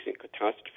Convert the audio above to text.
catastrophe